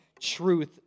truth